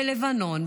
בלבנון,